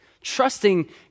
trusting